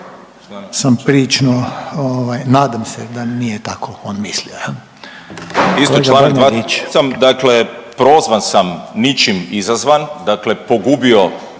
sam prilično nadam se da nije tako on mislio.